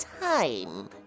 time